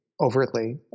overtly